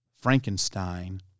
Frankenstein